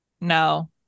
No